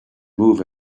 move